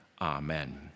amen